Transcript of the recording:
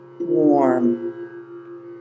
Warm